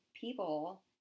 people